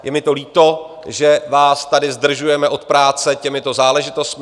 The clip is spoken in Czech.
Je mi to líto, že vás tady zdržujeme od práce těmito záležitostmi.